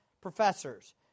professors